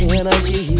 energy